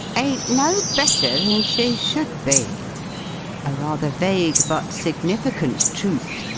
ain't no better than she should be a rather vague but significant truth,